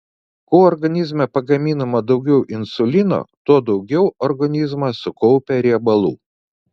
kuo organizme pagaminama daugiau insulino tuo daugiau organizmas sukaupia riebalų